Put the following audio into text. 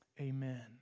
Amen